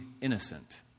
innocent